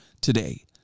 today